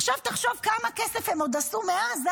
עכשיו תחשוב כמה כסף הם עוד עשו מאז,